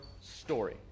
story